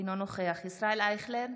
אינו נוכח ישראל אייכלר,